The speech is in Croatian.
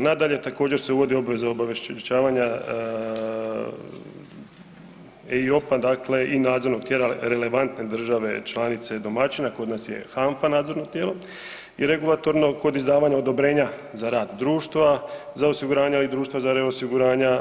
Nadalje, također se uvodi obveza obavještavanja EIOPA dakle i nadzornog tijela relevantne države članice domaćina, kod nas je HANFA nadzorno tijelo i regulatorno kod izdavanja odobrenja za rad društva, za osiguranja ovih društva, za reosiguranja